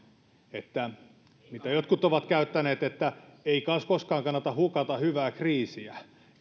mitä jotkut ovat käyttäneet että ei koskaan kannata hukata hyvää kriisiä